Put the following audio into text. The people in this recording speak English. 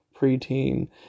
preteen